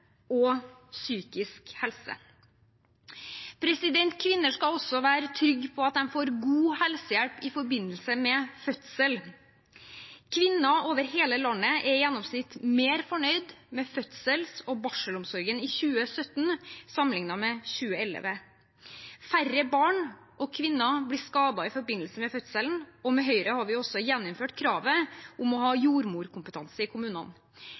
og psykisk helse. Kvinner skal også være trygge på at de får god helsehjelp i forbindelse med fødsel. Kvinner over hele landet var i gjennomsnitt mer fornøyd med fødsels- og barselomsorgen i 2017 enn i 2011. Færre barn og kvinner blir skadet i forbindelse med fødselen, og med Høyre har vi også gjeninnført kravet om å ha jordmorkompetanse i kommunene.